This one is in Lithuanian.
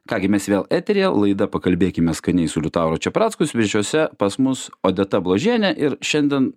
ką gi mes vėl eteryje laida pakalbėkime skaniai su liutauru čepracku svečiuose pas mus odeta bložienė ir šiandien